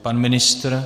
Pan ministr?